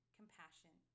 compassion